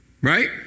right